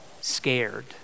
scared